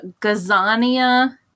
Gazania